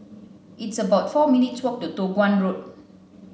it's about four minutes' walk to Toh Guan Road